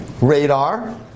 radar